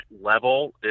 level